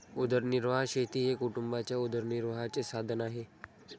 उदरनिर्वाह शेती हे कुटुंबाच्या उदरनिर्वाहाचे साधन आहे